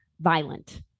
violent